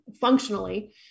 functionally